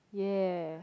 ya